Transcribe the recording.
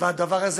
והדבר הזה,